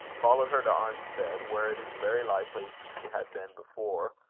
followed her to arnstead, where it is very likely he had been before,